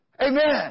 Amen